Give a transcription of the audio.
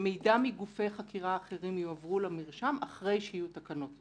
שמידע מגופי חקירה אחרים יועברו למרשם אחרי שיהיו תקנות?